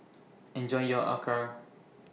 Enjoy your Acar